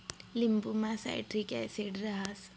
लिंबुमा citric acid रहास